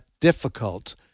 difficult